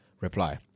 Reply